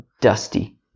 dusty